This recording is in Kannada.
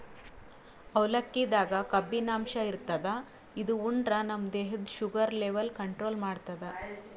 ಅವಲಕ್ಕಿದಾಗ್ ಕಬ್ಬಿನಾಂಶ ಇರ್ತದ್ ಇದು ಉಂಡ್ರ ನಮ್ ದೇಹದ್ದ್ ಶುಗರ್ ಲೆವೆಲ್ ಕಂಟ್ರೋಲ್ ಮಾಡ್ತದ್